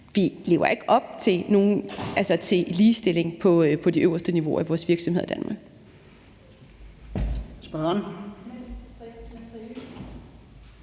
lever op til ligestilling på de øverste niveauer i vores virksomheder i Danmark.